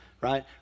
right